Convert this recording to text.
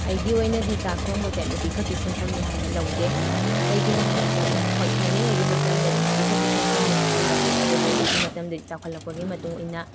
ꯑꯩꯒꯤ ꯑꯣꯏꯅꯗꯤ ꯆꯥꯛ ꯊꯣꯡꯕꯁꯦ ꯅꯨꯄꯤ ꯈꯛꯀꯤ ꯁꯤꯟꯐꯝꯅꯤ ꯍꯥꯏꯅ ꯂꯧꯗꯦ ꯀꯩꯒꯤꯅꯣ ꯍꯥꯏ ꯃꯇꯝꯗ ꯍꯣꯏ ꯊꯥꯏꯅꯉꯩꯒꯤ ꯃꯇꯝꯗꯗꯤ ꯅꯨꯄꯤꯈꯛꯀꯤ ꯁꯤꯟꯐꯝꯅꯤ ꯍꯥꯏꯔ ꯂꯧꯋꯤ ꯑꯗꯨ ꯍꯧꯖꯤꯛꯀꯤ ꯃꯇꯝꯗꯗꯤ ꯆꯥꯎꯈꯠꯂꯛꯄꯒꯤ ꯃꯇꯨꯡꯏꯟꯅ